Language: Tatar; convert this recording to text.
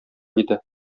иде